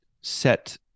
set